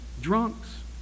drunks